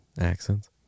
accents